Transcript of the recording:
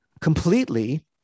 completely